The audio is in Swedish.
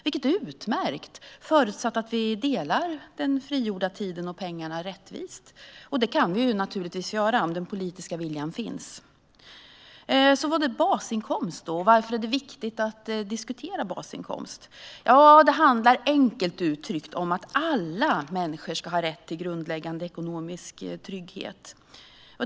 Det är utmärkt, förutsatt att vi delar den frigjorda tiden och pengarna rättvist. Det kan vi naturligtvis göra, om den politiska viljan finns. Vad är då basinkomst? Och varför är det viktigt att diskutera det? Det handlar enkelt uttryckt om att alla människor ska ha rätt till grundläggande ekonomisk trygghet.